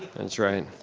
that's right.